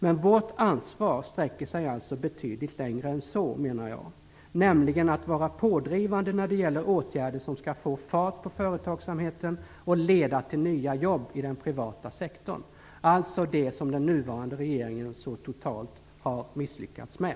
Men vårt ansvar sträcker sig alltså betydligt längre än så, menar jag. Det handlar om att vara pådrivande när det gäller åtgärder som skall få fart på företagsamheten och leda till nya jobb i den privata sektorn - alltså det som den nuvarande regeringen så totalt har misslyckats med.